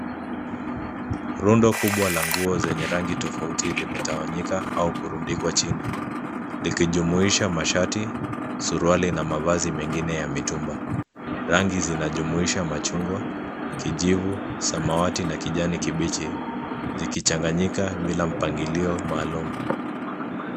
Rundo kubwa la nguo zenye rangi tofauti limetawanyika au kurundikwa chini likijumuisha mashati, suruali na mavazi mengine ya mitumba. Rangi zinajumuisha machungwa, kijivu, samawati na kijani kibichi zikichanganyika bila mpangilio maalum.